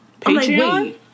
Patreon